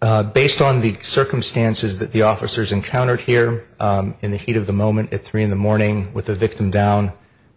that based on the circumstances that the officers encountered here in the heat of the moment at three in the morning with the victim down